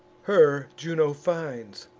her juno finds,